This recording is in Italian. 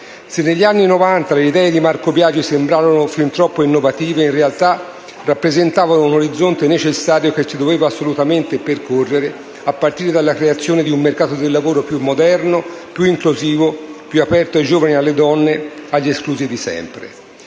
Se negli anni Novanta le idee di Marco Biagi sembrarono fin troppo innovative, in realtà rappresentavano un orizzonte necessario che si doveva assolutamente percorrere, a partire dalla creazione di un mercato del lavoro più moderno, più inclusivo, più aperto ai giovani e alle donne, agli esclusi di sempre.